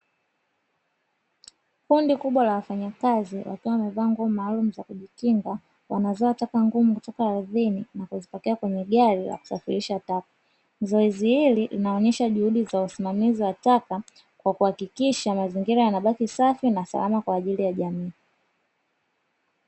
Kundi kubwa la wafanyakazi wakiwa wamevaa nguo maalumu za kujikinga, wanazoa taka ngumu kutoka ardhini na kuzipakia kwenye gari la kusafirisha taka. Zoezi hili linaonyesha juhudi za usimamizi wa taka, kwa kuhakikisha mazingira yanabaki safi na salama kwa ajili ya jamii.